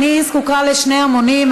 אני זקוקה לשני המונים,